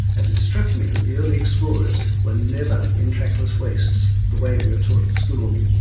and it struck me that the early explorers were never in trackless wastes, the way we were taught at school.